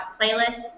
playlists